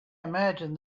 imagine